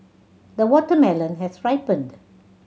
the watermelon has ripened